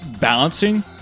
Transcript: balancing